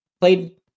played